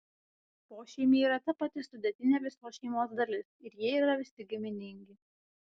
pošeimiai yra ta pati sudėtinė visos šeimos dalis ir jie yra visi giminingi